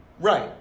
Right